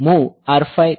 તેથી MOV R510 છે